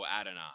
Adonai